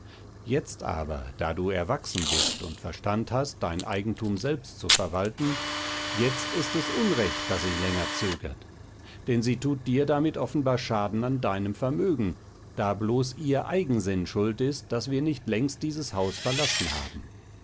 jetzt aber da du erwachsen bist und verstand hast dein eigentum selbst zu verwalten jetzt ist es unrecht daß sie länger zögert denn sie thut dir damit offenbar schaden an deinem vermögen da bloß ihr eigensinn schuld ist daß wir nicht längst dieses haus verlassen haben